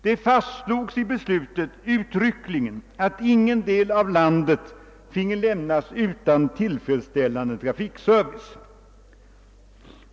Det fastslogs uttrycklingen i beslutet att ingen del av landet fick lämnas utan tillfredsställande trafikservice.